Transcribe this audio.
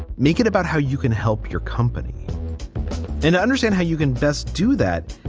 make it about how you can help your company and understand how you can best do that.